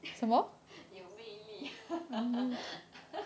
有魅力